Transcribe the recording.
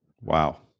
Wow